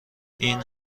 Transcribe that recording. این